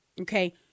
Okay